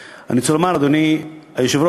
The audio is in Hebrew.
זה לא שמישהו גירש אותם ממקומם.